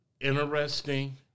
Interesting